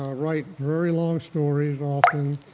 um write very long stories often,